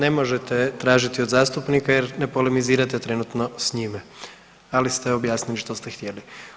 Ne možete tražiti od zastupnika jer ne polemizirati trenutno s njime, ali ste objasnili što ste htjeli.